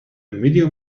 medium